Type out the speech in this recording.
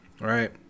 right